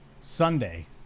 Sunday